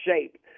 shape